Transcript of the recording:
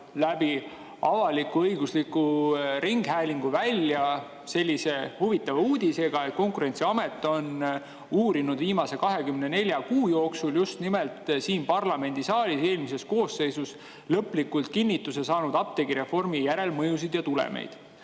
avalik-õigusliku ringhäälingu kaudu välja sellise huvitava uudisega, et Konkurentsiamet on uurinud viimase 24 kuu jooksul just nimelt siin parlamendisaalis eelmises koosseisus lõplikult kinnituse saanud apteegireformi järelmõjusid ja tulemeid.